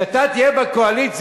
כשאתה תהיה בקואליציה,